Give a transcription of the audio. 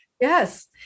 Yes